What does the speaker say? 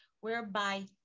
whereby